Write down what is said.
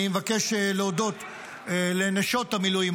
אני מבקש להודות לנשות המילואים,